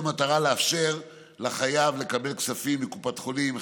במטרה לאפשר לחייב לקבל כספים מקופת חולים או